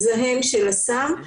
מזהם של הסם,